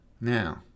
Now